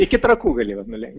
iki trakų gali vat nulėkt